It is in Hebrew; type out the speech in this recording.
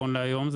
לצורך העניין,